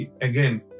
again